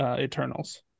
Eternals